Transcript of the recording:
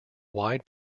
wide